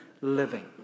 living